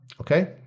okay